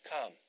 come